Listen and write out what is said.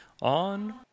on